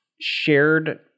shared